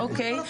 אוקיי.